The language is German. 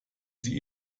sie